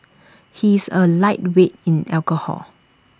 he is A lightweight in alcohol